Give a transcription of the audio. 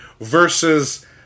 versus